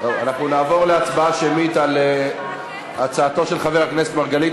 אנחנו נעבור להצבעה שמית על הצעתו של חבר הכנסת מרגלית.